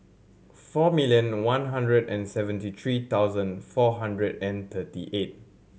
four million one hundred and seventy three thousand four hundred and thirty eight